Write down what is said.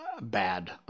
bad